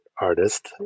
artist